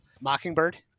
mockingbird